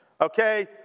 Okay